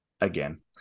again